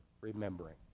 remembering